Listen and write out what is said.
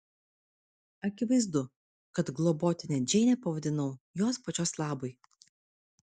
akivaizdu kad globotine džeinę pavadinau jos pačios labui